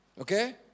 Okay